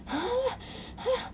!huh! !huh!